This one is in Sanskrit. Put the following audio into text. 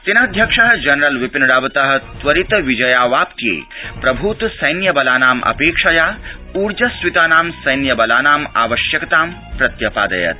सेनाध्यक्ष जनरल् बिपिनरावत त्वरितविजयावाप्त्यै प्रभूतसैन्यबलानाम् अपेक्षया ऊर्जस्वितानां सैन्यबलानाम् आवश्यकतां प्रत्यपा यत्